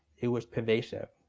it was pervasive.